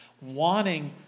Wanting